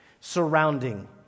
surrounding